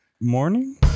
morning